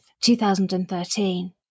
2013